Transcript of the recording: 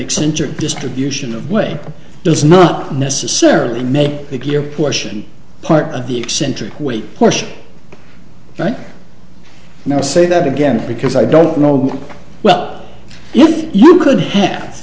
eccentric distribution of way does not necessarily make it clear portion part of the eccentric weight push right now say that again because i don't know well if you could ha